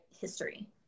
history